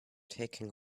taking